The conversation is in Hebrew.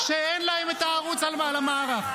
שאין להם את הערוץ על המערך.